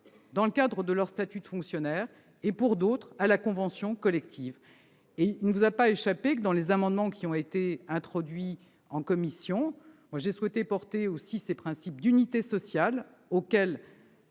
que ceux-ci ont le statut de fonctionnaire ou relèvent de la convention collective. Il ne vous a pas échappé que, dans les amendements qui ont été introduits en commission, j'ai souhaité promouvoir ces principes d'unité sociale auxquels